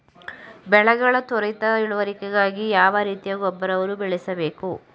ಬೆಳೆಗಳ ತ್ವರಿತ ಇಳುವರಿಗಾಗಿ ಯಾವ ರೀತಿಯ ಗೊಬ್ಬರವನ್ನು ಬಳಸಬೇಕು?